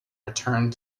returned